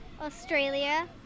Australia